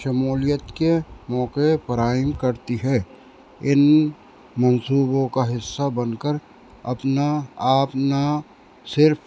شمولیت کے موقعے فراہم کرتی ہے ان منصوبوں کا حصہ بن کر اپنا آپ نا صرف